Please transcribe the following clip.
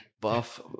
buff